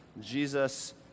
Jesus